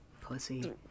pussy